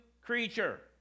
creature